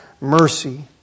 mercy